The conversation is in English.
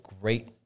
great